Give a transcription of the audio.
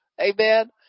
Amen